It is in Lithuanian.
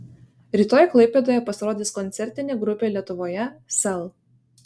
rytoj klaipėdoje pasirodys koncertinė grupė lietuvoje sel